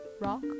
Rock